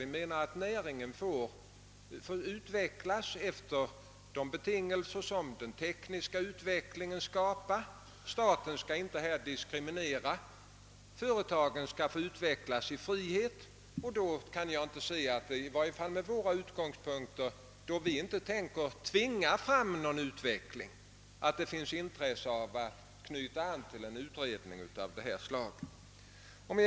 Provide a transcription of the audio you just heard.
Vi menar att näringen bör få utvecklas efter de betingelser som den tekniska utvecklingen skapar. Staten skall här inte diskriminera, företagen skall få utvecklas i frihet. Eftersom vi med våra utgångspunkter inte tänker tvinga fram någon utveckling, kan jag inte se att det finns intresse för att knyta an till en utredning av nämnt slag.